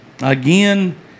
Again